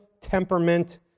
temperament